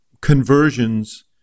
conversions